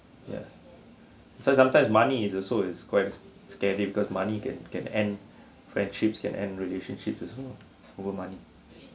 ya so sometimes money is also it's quite scary because money can can end friendships can end relationships also lah over money